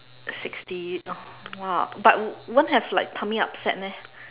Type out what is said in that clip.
sixty oh !wah! but won't have like tummy upset meh